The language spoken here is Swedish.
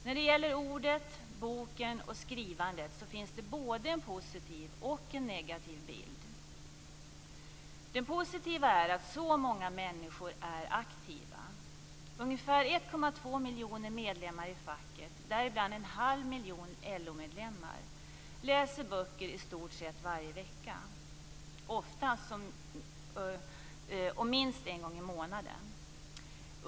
När det gäller ordet, boken och skrivandet finns det både en positiv och en negativ bild. Den positiva bilden är att så många människor är aktiva. Ungefär 1,2 miljoner medlemmar i facket, däribland en halv miljon LO-medlemmar, läser böcker i stort sett varje vecka och minst en gång i månaden.